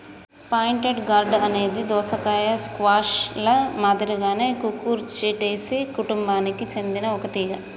pointed gourd అనేది దోసకాయ, squash ల మాదిరిగానే కుకుర్చిటేసి కుటుంబానికి సెందిన ఒక తీగ